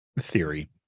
theory